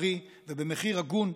בריא ובמחיר הגון,